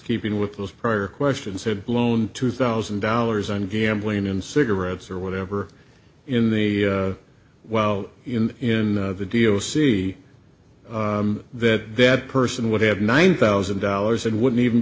keeping with those prior questions had blown two thousand dollars on gambling and cigarettes or whatever in the well in the deal see that that person would have nine thousand dollars and wouldn't even